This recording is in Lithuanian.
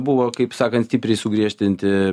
buvo kaip sakant stipriai sugriežtinti